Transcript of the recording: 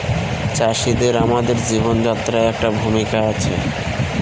চাষিদের আমাদের জীবনযাত্রায় একটা ভূমিকা আছে